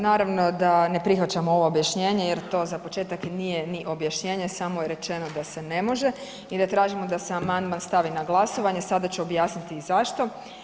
Naravno da ne prihvaćamo ovo objašnjenje jer to, za početak nije ni objašnjenje, samo je rečeno da se ne može i da tražimo da se amandman stavi na glasovanje, sada ću objasniti i zašto.